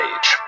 Age